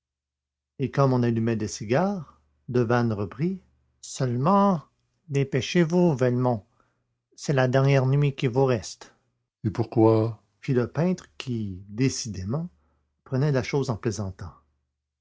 et comme on allumait des cigares devanne reprit seulement dépêchez-vous velmont c'est la dernière nuit qui vous reste et pourquoi fit le peintre qui décidément prenait la chose en plaisantant